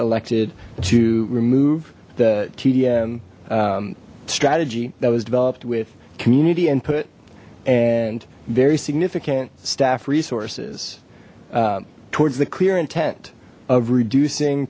elected to remove the tdm strategy that was developed with community input and very significant staff resources towards the clear intent of reducing